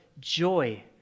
joy